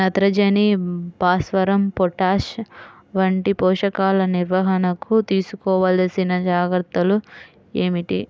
నత్రజని, భాస్వరం, పొటాష్ వంటి పోషకాల నిర్వహణకు తీసుకోవలసిన జాగ్రత్తలు ఏమిటీ?